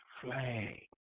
flag